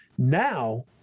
Now